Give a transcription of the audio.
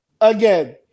Again